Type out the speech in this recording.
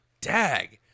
Dag